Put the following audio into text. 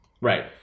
Right